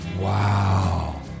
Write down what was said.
Wow